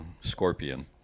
Scorpion